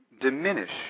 diminish